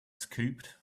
scooped